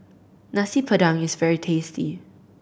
Nasi Padang is very tasty